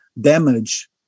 damage